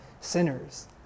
sinners